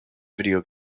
video